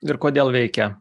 ir kodėl veikia